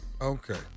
Okay